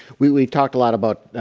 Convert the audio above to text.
we've talked a lot about